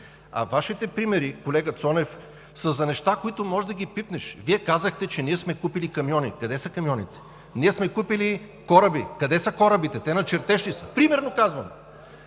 А Вашите примери, колега Цонев, са за неща, които можеш да ги пипнеш. Вие казахте, че ние сме купили камиони. Къде са камионите? Ние сме купили кораби. Къде са корабите? Те на чертеж ли са? (Реплики.)